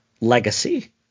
legacy